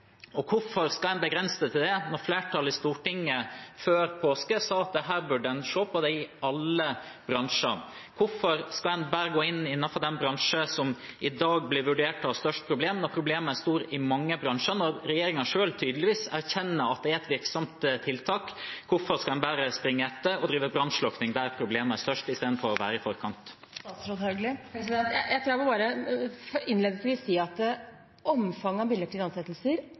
Hvorfor skal en begrense det til det når flertallet i Stortinget før påske sa at en bør se på dette i alle bransjer? Hvorfor skal en bare gjøre det i den bransjen som i dag blir vurdert til å ha størst problem, når problemet er stort i mange bransjer, og når regjeringen selv tydeligvis erkjenner at det er et virksomt tiltak? Hvorfor skal en bare springe etter og drive med brannslukking der problemene er størst, istedenfor å være i forkant? Jeg tror jeg innledningsvis bare må si at omfanget av midlertidige ansettelser